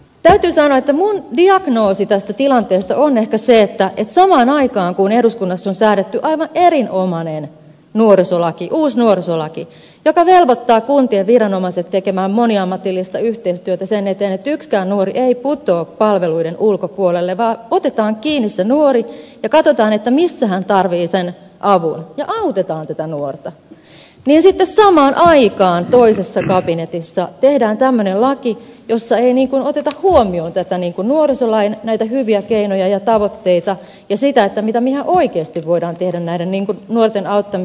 täytyy sanoa että minun diagnoosini tästä tilanteesta on ehkä se että samaan aikaan kun eduskunnassa on säädetty aivan erinomainen uusi nuorisolaki joka velvoittaa kuntien viranomaiset tekemään moniammatillista yhteistyötä sen eteen että yksikään nuori ei putoa palveluiden ulkopuolelle vaan otetaan kiinni ja katsotaan missä hän tarvitsee sen avun ja autetaan häntä niin toisessa kabinetissa tehdään tämmöinen laki jossa ei oteta huomioon näitä nuorisolain hyviä keinoja ja tavoitteita ja sitä mitä me ihan oikeasti voimme tehdä näiden nuorten auttamiseksi